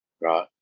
Right